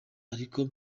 iriko